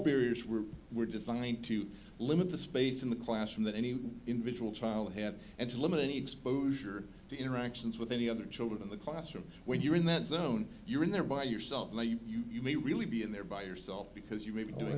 period were were designed to limit the space in the classroom that any individual child have and to limit any exposure to interactions with any other children in the classroom when you're in that zone you're in there by yourself now you may really be in there by yourself because you may be doing